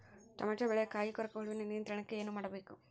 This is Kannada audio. ಟೊಮೆಟೊ ಬೆಳೆಯ ಕಾಯಿ ಕೊರಕ ಹುಳುವಿನ ನಿಯಂತ್ರಣಕ್ಕೆ ಏನು ಮಾಡಬೇಕು?